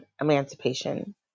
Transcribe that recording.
emancipation